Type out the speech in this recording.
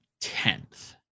tenth